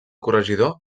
corregidor